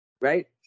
Right